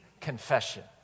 confession